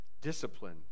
Discipline